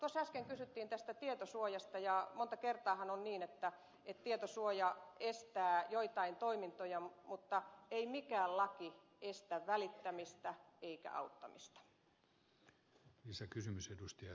tuossa äsken kysyttiin tästä tietosuojasta ja monta kertaahan on niin että tietosuoja estää joitain toimintoja mutta ei mikään laki estä välittämistä eikä auttamista